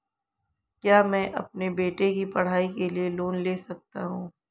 क्या मैं अपने बेटे की पढ़ाई के लिए लोंन ले सकता हूं?